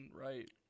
right